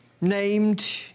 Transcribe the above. named